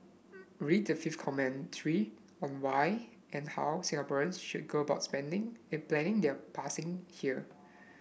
read the fifth commentary on why and how Singaporeans should go about spending planning their passing here